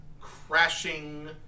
crashing